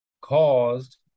caused